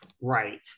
Right